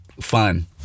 fun